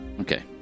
okay